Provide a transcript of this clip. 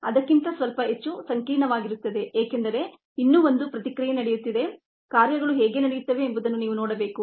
ಅದಕ್ಕಿಂತ ಸ್ವಲ್ಪ ಹೆಚ್ಚು ಸಂಕೀರ್ಣವಾಗಿರುತ್ತದೆ ಏಕೆಂದರೆ ಇನ್ನೂ ಒಂದು ಪ್ರತಿಕ್ರಿಯೆ ನಡೆಯುತ್ತಿದೆ ಕಾರ್ಯಗಳು ಹೇಗೆ ನಡೆಯುತ್ತವೆ ಎಂಬುದನ್ನು ನೀವು ನೋಡಬೇಕು